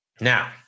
Now